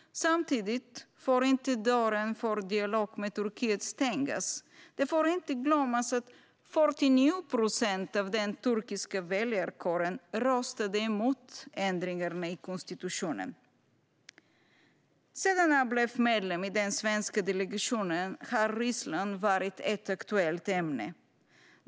Samtidigt får inte dörren för dialog med Turkiet stängas. Det får inte glömmas att 49 procent av den turkiska väljarkåren röstade emot ändringarna i konstitutionen. Sedan jag blev medlem i den svenska delegationen har Ryssland varit ett aktuellt ämne.